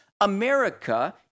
America